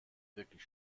wirklich